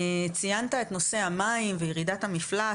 ציינת את נושא המים ואת ירידת המפלס,